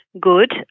good